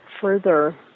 further